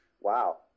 Wow